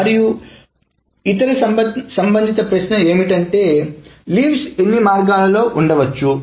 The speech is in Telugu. మరియు ఇతర ప్రశ్న సంబంధిత ప్రశ్న ఏమిటంటే లీవ్స్ ఎన్ని మార్గాల్లో ఉంచవచ్చు